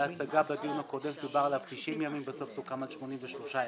בדיון הקודם דובר על 90 ימים ובסוף סוכם על 83 ימים.